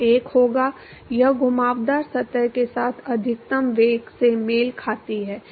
तो एक होगा यह घुमावदार सतह के साथ अधिकतम वेग से मेल खाती है